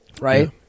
right